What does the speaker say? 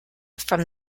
from